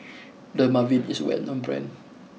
Dermaveen is a well known brand